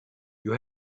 you